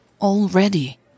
already